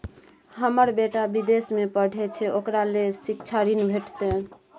हमर बेटा विदेश में पढै छै ओकरा ले शिक्षा ऋण भेटतै?